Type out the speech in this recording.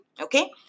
Okay